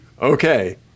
Okay